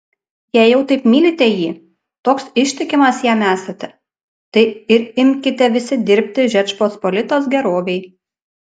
jei jau taip mylite jį toks ištikimas jam esate tai ir imkite visi dirbti žečpospolitos gerovei